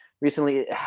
recently